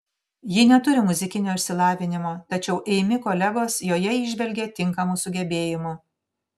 ji neturi muzikinio išsilavinimo tačiau eimi kolegos joje įžvelgia tinkamų sugebėjimų